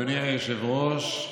אדוני היושב-ראש,